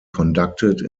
conducted